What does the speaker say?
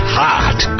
hot